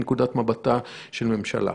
מנקודת מבטה של ממשלה.